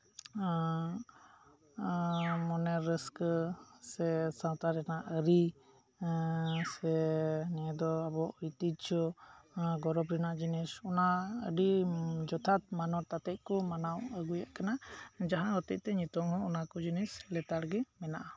ᱢᱚᱱᱮ ᱨᱟᱹᱥᱠᱟᱹ ᱥᱮ ᱥᱟᱶᱛᱟ ᱨᱮᱱᱟᱜ ᱟᱹᱨᱤ ᱥᱮ ᱱᱤᱭᱟᱹ ᱫᱚ ᱟᱵᱚᱣᱟᱜ ᱳᱭᱛᱤᱡᱽᱡᱷᱚ ᱜᱚᱨᱚᱵᱽ ᱨᱮᱱᱟᱜ ᱡᱤᱱᱤᱥ ᱚᱱᱟ ᱟᱹᱰᱤ ᱡᱚᱛᱷᱟᱛ ᱢᱟᱱᱚᱛ ᱟᱛᱮᱜ ᱠᱚ ᱢᱟᱱᱟᱣ ᱟᱜᱩᱭᱮᱫ ᱠᱟᱱᱟ ᱡᱟᱦᱟᱸ ᱦᱚᱛᱮᱡ ᱛᱮ ᱱᱤᱛᱚᱜ ᱦᱚᱸ ᱚᱱᱟ ᱠᱚ ᱡᱤᱱᱤᱥ ᱞᱮᱛᱟᱲ ᱜᱮ ᱢᱮᱱᱟᱜᱼᱟ